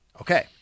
Okay